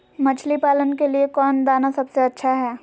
मछली पालन के लिए कौन दाना सबसे अच्छा है?